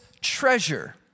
treasure